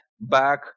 back